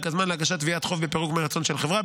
הזמן להגשת תביעת חוב בפירוק מרצון של חברה.